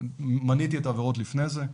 מניתי את העבירות לפני זה,